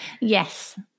yes